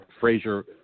Frazier